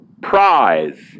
Prize